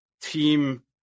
team